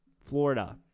Florida